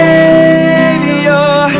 Savior